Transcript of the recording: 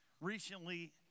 Recently